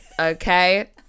Okay